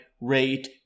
rate